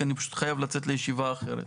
כי אני חייב לצאת לישיבה אחרת.